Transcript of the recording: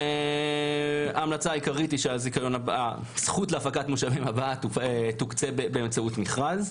ההמלצה העיקרית היא שהזכות להפקת משאבים תוקצה באמצעות מכרז.